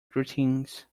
preteens